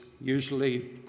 usually